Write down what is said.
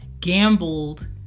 gambled